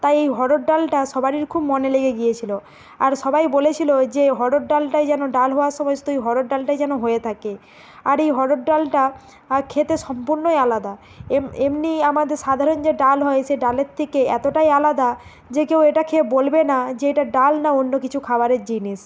তাই এই অড়হর ডালটা সবারির খুব মনে লেগে গিয়েছিলো আর সবাই বলেছিলো যে অড়হর ডালটাই যেন ডাল হওয়ার সময় শুধু ওই অড়হর ডালটাই যেন হয়ে থাকে আর এই হরর ডালটা খেতে সম্পূর্ণই আলাদা এম এমনি আমাদের সাধারণ যে ডাল হয় সে ডালের থেকে এতটাই আলাদা যে কেউ এটা খেয়ে বলবে না যে এটা ডাল না অন্য কিছু খাবারের জিনিস